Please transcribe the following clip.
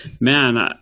man